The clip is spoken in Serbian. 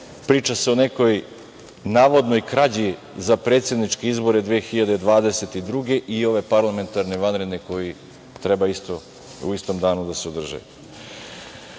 priča se o nekoj navodnoj krađi za predsedničke izbore 2022. godine i ovi parlamentarni vanredni koji treba u istom danu da se održe. Naši